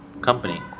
company